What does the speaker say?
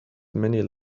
many